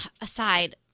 Aside